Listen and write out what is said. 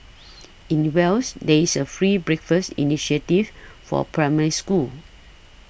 in Wales there's a free breakfast initiative for Primary Schools